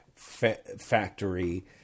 factory